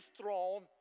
throne